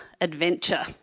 adventure